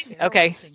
Okay